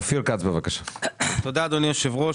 אדוני היושב-ראש.